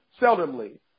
seldomly